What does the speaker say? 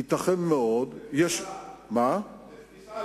זה עניין של תפיסה, לא של עדיפויות.